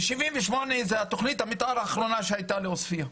ב-1978 הייתה תכנית המתאר האחרונה של עוספיה,